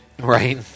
Right